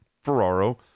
ferraro